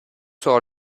sera